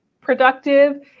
productive